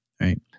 right